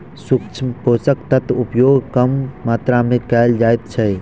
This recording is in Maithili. सूक्ष्म पोषक तत्वक उपयोग कम मात्रा मे कयल जाइत छै